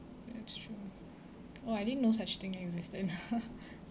that's true oh I didn't know such thing existed